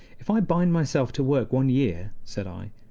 if i bind myself to work one year, said i,